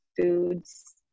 foods